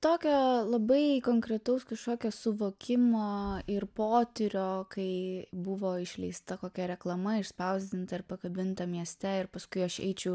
tokio labai konkretaus kažkokio suvokimo ir potyrio kai buvo išleista kokia reklama išspausdinta ir pakabinta mieste ir paskui aš eičiau